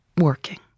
working